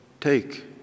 take